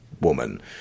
woman